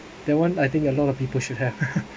that one I think a lot of people should have